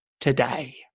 today